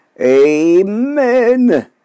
Amen